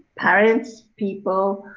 parents. people,